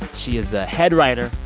she is the head writer,